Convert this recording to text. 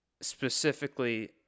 specifically